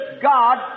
God